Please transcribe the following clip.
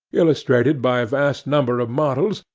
illustrated by a vast number of models,